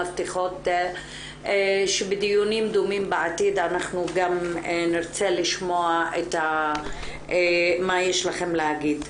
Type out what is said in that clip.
מבטיחות שבדיונים דומים בעתיד אנחנו גם נרצה לשמוע מה יש לכם להגיד.